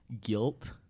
guilt